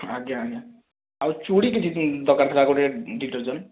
ଆଜ୍ଞା ଆଜ୍ଞା ଆଉ ଚୁଡ଼ି କିଛି ଦରକାର ଥିଲା ଗୋଟେ ଦୁଇ ଡଜନ